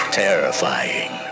terrifying